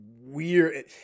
weird